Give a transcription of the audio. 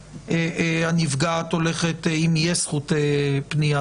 אם יש זכות פנייה,